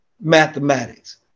mathematics